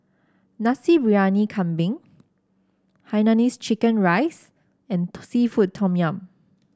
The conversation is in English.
Nasi Briyani Kambing Hainanese Chicken Rice and seafood Tom Yum